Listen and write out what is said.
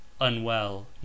unwell